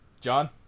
John